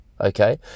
okay